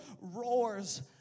roars